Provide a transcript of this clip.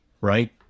right